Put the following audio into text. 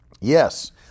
Yes